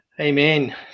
Amen